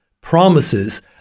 promises